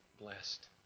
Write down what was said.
blessed